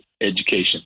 education